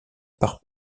par